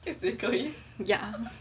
yeah